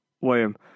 William